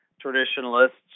traditionalists